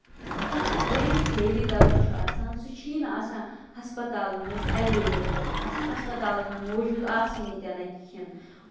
بیٚیہِ یُس ہیوی دوہ چھُ آسان سُہ چھُیی نہٕ آسان ہَسپَتالَن منٛز ایویلیبٔل پَتہٕ ہَسپَتالَن منٛز موٗجوٗد آسی نہٕ تہِ نَے کِہینۍ